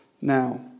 now